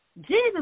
Jesus